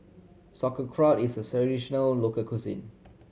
sauerkraut is a local cuisine